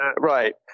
Right